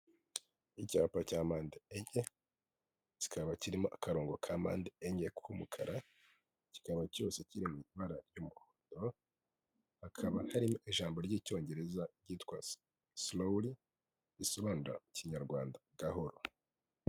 Icyapa cya mpanda enye kikaba kirimo akarongo ka apande enye k'umukara kikaba cyose kiri mu ibara ry'umuhondo hakaba harimo ijambo ry'Icyongereza ryitwa silowuri risobanura Kinyarwanda gahoro.